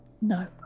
No